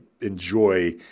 enjoy